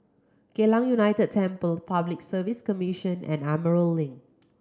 Geylang United Temple Public Service Commission and Emerald Link